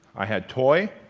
i had toy,